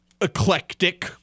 eclectic